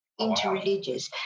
interreligious